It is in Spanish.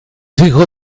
hijo